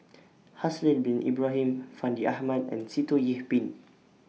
Haslir Bin Ibrahim Fandi Ahmad and Sitoh Yih Pin